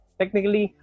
technically